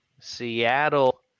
seattle